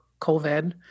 COVID